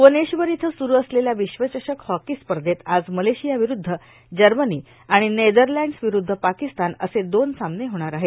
भुवनेश्वर इथं सुरु असलेल्या विश्वचषक हॉको स्पधत आज मर्लोशया विरुद्ध जमनी र्आाण नेदरलँड्स र्ववरुद्ध पर्याकस्तान असे दोन सामने होणार आहेत